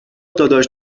داداش